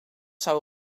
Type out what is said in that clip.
zou